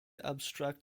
abstract